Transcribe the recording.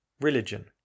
Religion